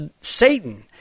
Satan